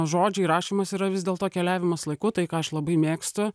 žodžiai rašymas yra vis dėlto keliavimas laiku tai ką aš labai mėgstu